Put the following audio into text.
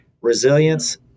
resilience